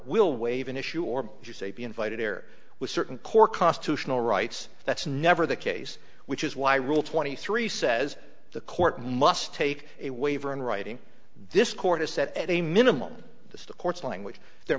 will waive an issue or as you say be invited air with certain core constitutional rights that's never the case which is why rule twenty three says the court must take a waiver in writing this court is set at a minimum the courts language there